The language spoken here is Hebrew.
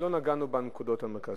נראה שלא נגענו בנקודות המרכזיות.